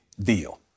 deal